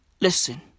Listen